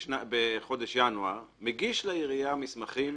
בחודש ינואר הוא מגיש לעירייה מסמכים